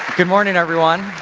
good morning everyone.